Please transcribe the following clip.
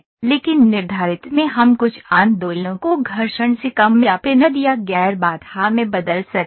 लेकिन निर्धारित में हम कुछ आंदोलनों को घर्षण से कम या पिनड या गैर बाधा में बदल सकते हैं